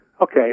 Okay